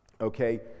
Okay